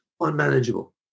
unmanageable